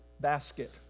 basket